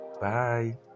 bye